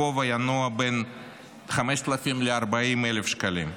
הגובה ינוע בין 5,000 ל-40,000 שקלים.